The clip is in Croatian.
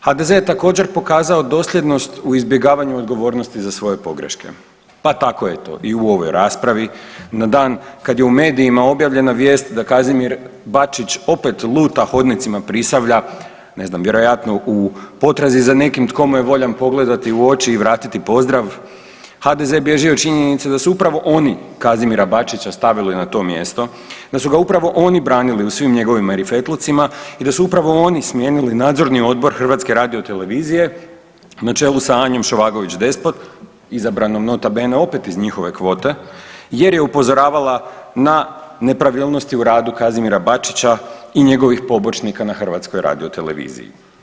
HDZ je također pokazao dosljednost u izbjegavanju odgovornosti za svoje pogreške pa tako je to i u ovoj raspravi, na dan kad je u medijima objavljena vijest da Kazimir Bačić opet luta hodnicima Prisavlja, ne znam, vjerojatno u potrazi za nekim tko mu je voljan pogledati u oči i vratiti pozdrav, HDZ bježi od činjenice da su upravo oni Kazimira Bačića stavili na to mjesto, da su ga upravo oni branili u svim njegovim marifetlucima i da su upravo oni smijenili Nadzorni odbor HRT-a na čelu sa Anjom Šovagović Despot izabranom nota bene opet iz njihove kvote jer je upozoravala na nepravilnosti u radu Kazimira Bačića i njegovih pobočnika na HRT-u.